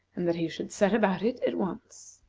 and that he should set about it at once.